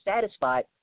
satisfied